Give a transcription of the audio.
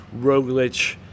Roglic